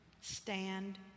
stand